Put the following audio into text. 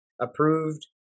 approved